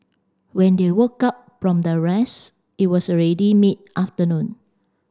when they woke up from their rest it was already mid afternoon